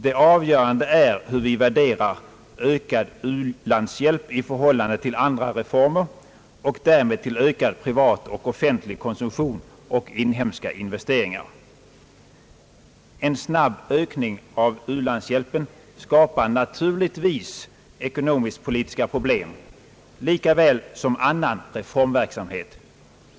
Det avgörande är hur vi värderar ökad ulandshjälp i förhållande till andra reformer och därmed till ökad privat och offentlig konsumtion och inhemska investeringar. En snabb ökning av u-landshjälpen skapar naturligtvis ekonomisk-politiska problem, likaväl som annan reformverksamhet.